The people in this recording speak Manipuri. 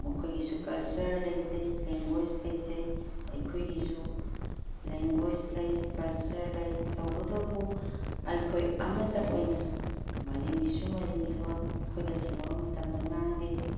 ꯃꯈꯣꯏꯒꯤꯁꯨ ꯀꯜꯆꯔ ꯂꯩꯖꯩ ꯂꯦꯡꯒ꯭ꯋꯦꯁ ꯂꯩꯖꯩ ꯑꯩꯈꯣꯏꯒꯤꯁꯨ ꯂꯩꯡꯒ꯭ꯋꯦꯁ ꯂꯩ ꯀꯜꯆꯔ ꯂꯩ ꯇꯧꯕꯇꯕꯨ ꯑꯩꯈꯣꯏ ꯑꯃꯠꯇ ꯑꯣꯏꯅ ꯃꯔꯤꯡꯒꯤꯁꯨ ꯃꯔꯤꯡꯒꯤ ꯂꯣꯟ ꯑꯩꯈꯣꯏꯒ ꯊꯦꯡꯅꯕ ꯃꯇꯝꯗ ꯉꯥꯡꯗꯦ